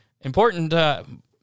important